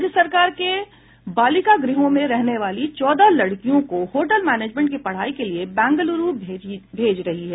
राज्य सरकार के बालिका गृहों में रहने वाली चौदह लड़कियों को होटल मैनेजमेंट की पढ़ाई के लिए बेंगलुरू भेज रही है